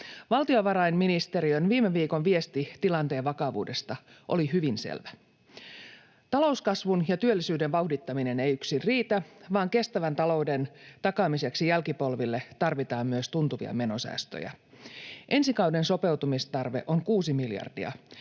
Valtiovarainministeriön viime viikon viesti tilanteen vakavuudesta oli hyvin selvä. Talouskasvun ja työllisyyden vauhdittaminen ei yksin riitä, vaan kestävän talouden takaamiseksi jälkipolville tarvitaan myös tuntuvia menosäästöjä. Ensi kauden sopeutumistarve on kuusi miljardia.